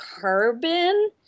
carbon